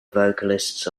vocalists